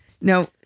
No